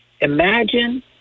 imagine